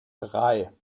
drei